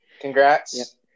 Congrats